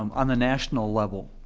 um on the national level,